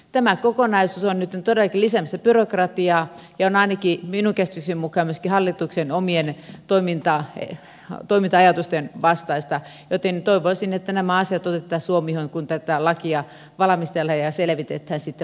tämä kokonaisuus on nytten todellakin lisäämässä byrokratiaa ja on ainakin minun käsitykseni mukaan myöskin hallituksen omien toiminta ajatusten vastaista joten toivoisin että nämä asiat otettaisiin huomioon kun tätä lakia valmistellaan ja selvitetään sitten valiokuntakäsittelyssä